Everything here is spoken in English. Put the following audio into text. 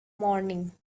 morning